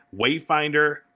Wayfinder